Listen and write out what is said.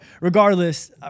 regardless